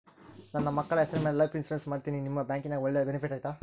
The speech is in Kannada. ನನ್ನ ಮಕ್ಕಳ ಹೆಸರ ಮ್ಯಾಲೆ ಲೈಫ್ ಇನ್ಸೂರೆನ್ಸ್ ಮಾಡತೇನಿ ನಿಮ್ಮ ಬ್ಯಾಂಕಿನ್ಯಾಗ ಒಳ್ಳೆ ಬೆನಿಫಿಟ್ ಐತಾ?